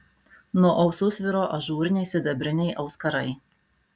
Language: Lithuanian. nuo ausų sviro ažūriniai sidabriniai auskarai